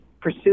pursue